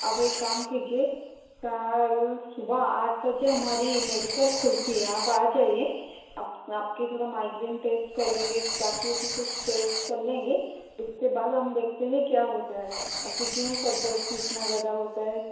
आप एक काम कीजिए कल सुबह आठ बजे हमारी मेडिकल खुलती है आप आ जाइए आपका थोड़ा माइग्रेन टेस्ट कर लेंगे बाक़ी भी कुछ टेस्ट कर लेंगे उसके बाद हम देखते हैं क्या होता है अभी क्यों सरदर्द है इतना ज़्यादा होता है